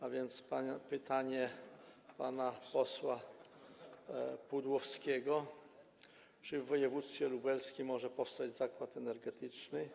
A więc było pytanie pana posła Pudłowskiego: Czy w województwie lubelskim może powstać zakład energetyczny?